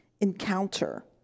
encounter